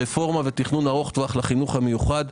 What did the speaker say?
רפורמה ותכנון ארוך טווח לחינוך המיוחד,